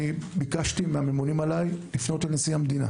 ביקשתי מן הממונים עליי לפנות לנשיא המדינה